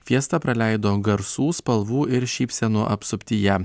fiestą praleido garsų spalvų ir šypsenų apsuptyje